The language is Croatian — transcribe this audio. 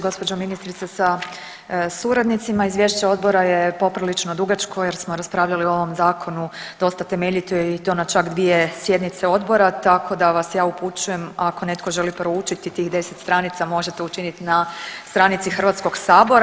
Gospođo ministrice sa suradnicima, izvješće odbora je poprilično dugačko jer smo raspravljali o ovom zakonu dosta temeljito i to čak na dvije sjednice odbora tako da vas ja upućujem ako netko želi proučiti tih 10 stranica može to učiniti na stranici Hrvatskog sabora.